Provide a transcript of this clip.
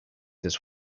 this